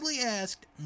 asked